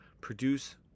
produce